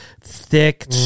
thick